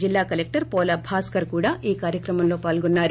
జిల్లా కలెక్లర్ పోల భాస్కర్ కూడా ఈ కార్యక్రమంలో పాల్గొన్సారు